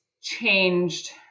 changed